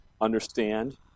Understand